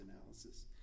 analysis